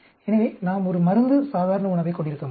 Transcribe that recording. எனவே நாம் ஒரு மருந்து சாதாரண உணவை கொண்டிருக்க முடியும்